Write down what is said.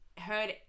heard